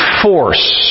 force